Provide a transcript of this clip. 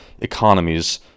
economies